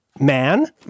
man